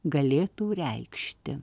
galėtų reikšti